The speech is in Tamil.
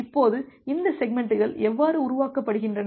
இப்போது இந்த செக்மெண்ட்டுகள் எவ்வாறு உருவாக்கப்படுகின்றன